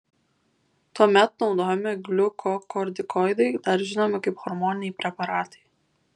tuomet naudojami gliukokortikoidai dar žinomi kaip hormoniniai preparatai